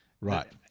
right